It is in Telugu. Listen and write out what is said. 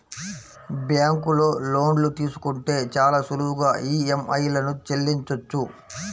బ్యేంకులో లోన్లు తీసుకుంటే చాలా సులువుగా ఈఎంఐలను చెల్లించొచ్చు